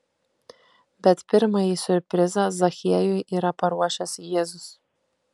bet pirmąjį siurprizą zachiejui yra paruošęs jėzus